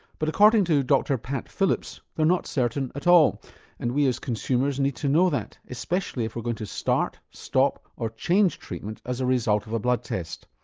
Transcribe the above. but according to dr pat phillips, they're not certain at all and we as consumers need to know that, especially if we're going to start, stop or change treatment as a result of a blood test.